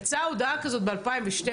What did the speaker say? יצאה הודעה כזאת ב-2012.